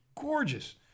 gorgeous